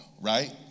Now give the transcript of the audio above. right